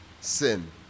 sin